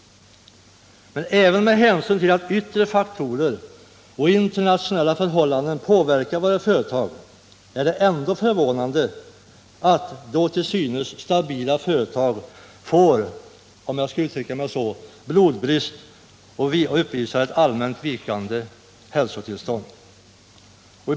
Även om yttre faktorer och internationella förhållanden påverkar våra företag är det förvånande då till synes stabila företag får, om jag skall uttrycka mig så, blodbrist och uppvisar ett vikande hälsotillstånd.